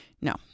No